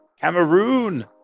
Cameroon